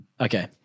Okay